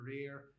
career